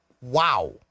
Wow